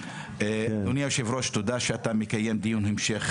אדוני היושב ראש תודה שאתה מקיים דיון המשך,